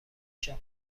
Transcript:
شاپ